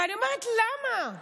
ואני אומרת: למה?